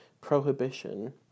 prohibition